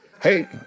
Hey